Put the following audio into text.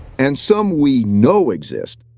and some we know exist,